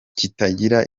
kitagira